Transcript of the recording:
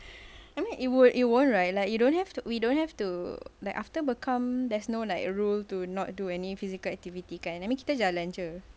I mean it wo~ it won't right like you don't have we don't have to like after bekam there's no like rule to not do any physical activity kan I mean kita jalan sahaja